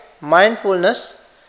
mindfulness